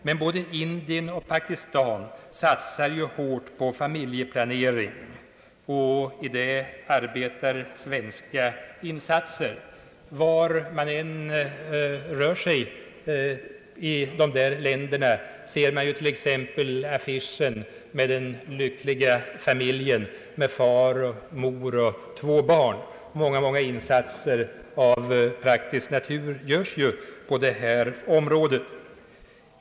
Men både Indien och Pakistan satsar hårt på familjeplanering, och i detta arbetar svenska insatser. Var man än rör sig i dessa länder ser man affisehen med den lyckliga familjen bestående av far, mor och två barn. Många insatser av praktisk natur görs ju på det här området.